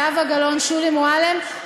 זהבה גלאון ושולי מועלם.